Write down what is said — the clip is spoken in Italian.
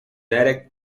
derek